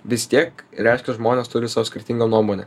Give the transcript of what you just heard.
vis tiek reiškia žmonės turi savo skirtingą nuomonę